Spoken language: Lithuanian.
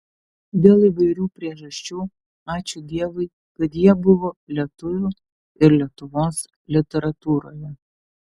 dėl įvairių priežasčių ačiū dievui kad jie buvo lietuvių ir lietuvos literatūroje